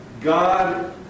God